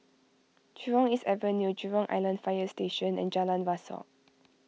Jurong East Avenue Jurong Island Fire Station and Jalan Rasok